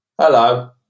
hello